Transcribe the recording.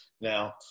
Now